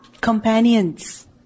companions